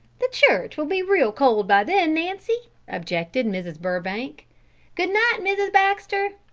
the church will be real cold by then, nancy, objected mrs. burbank good-night, mrs. baxter.